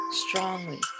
strongly